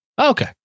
Okay